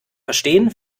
verstehen